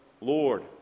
Lord